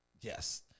Yes